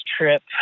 trip